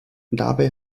dabei